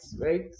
right